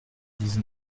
dix